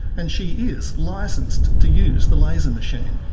and she is licensed to use the laser machine.